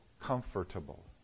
comfortable